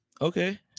Okay